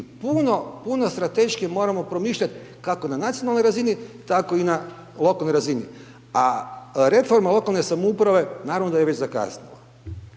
puno strateškije moramo promišljati kako na nacionalnoj razini tako i na lokalnoj razini. A reforma lokalne samouprave naravno da je već zakasnila.